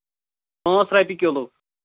پانٛژھ رۄپیہِ کِلوٗ